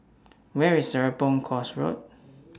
Where IS Serapong Course Road